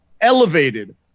elevated